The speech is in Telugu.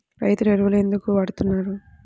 రైతు ఎరువులు ఎందుకు వాడుతున్నారు?